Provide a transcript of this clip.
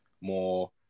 more